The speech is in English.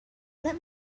let